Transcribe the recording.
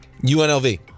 UNLV